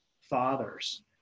fathers